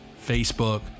Facebook